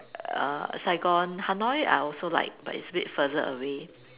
err Saigon Hanoi I also like but it's a bit further away